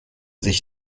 sich